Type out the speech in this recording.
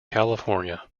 california